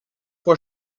vor